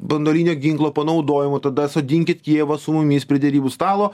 branduolinio ginklo panaudojimo tada sodinkit kijevą su mumis prie derybų stalo